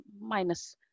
minus